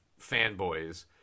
fanboys